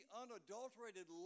unadulterated